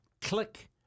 click